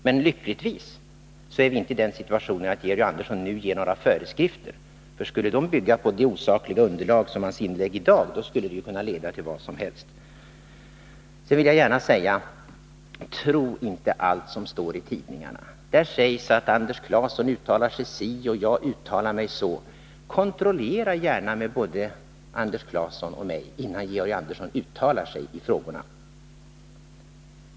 Men lyckligtvis är vi inte i den situationen att Georg Andersson utfärdar några föreskrifter. Skulle sådana bygga på det osakliga underlag som hans inlägg i dag gör skulle det kunna leda till vad som helst. Sedan vill jag gärna säga: Tro inte allt som står i tidningen! Där sägs att Anders Clason uttalar sig si och att jag uttalar mig så. Kontrollera gärna med både Anders Clason och mig innan Georg Andersson uttalar sig i frågorna!